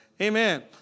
amen